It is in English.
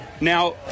Now